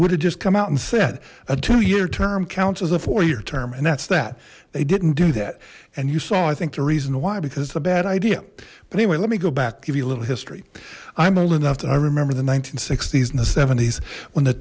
would have just come out and said a two year term counts as a four year term and that's that they didn't do that and you saw i think the reason why because it's a bad idea but anyway let me go back give you a little history i'm old enough that i remember the nineteen sixties in the s when the